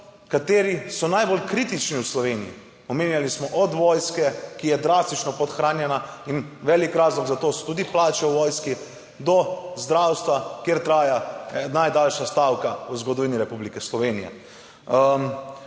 kateri so najbolj kritični v Sloveniji. Omenjali smo od vojske, ki je drastično podhranjena in velik razlog za to so tudi plače v vojski, do zdravstva, kjer traja najdaljša stavka v zgodovini Republike Slovenije.